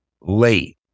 late